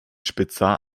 spitzer